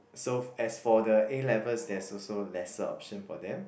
so as for the A-level there's also lesser option for them